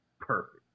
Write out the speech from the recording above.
Perfect